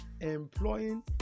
employing